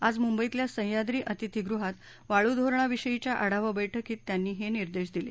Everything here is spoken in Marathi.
आज मुंबईतल्या सहयाद्री अतिथीगृहात वाळू धोरणाविषयीच्या आढावा वैठकीत त्यांनी हे निर्देश दिले